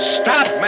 stop